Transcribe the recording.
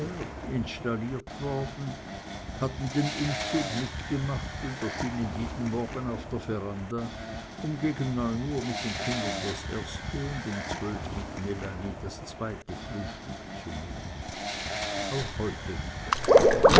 installiert worden hatten den umzug mitgemacht und erschienen jeden morgen auf der veranda um gegen neun uhr mit den kindern das erste und um zwölf mit melanie das zweite frühstück zu nehmen auch heute wieder